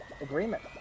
Agreement